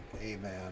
amen